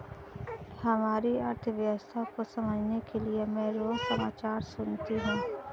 हमारी अर्थव्यवस्था को समझने के लिए मैं रोज समाचार सुनती हूँ